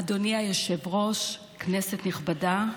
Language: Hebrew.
אדוני היושב-ראש, כנסת נכבדה,